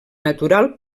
natural